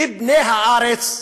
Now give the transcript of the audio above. כבני הארץ,